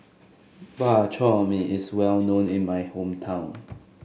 Bak Chor Mee is well known in my hometown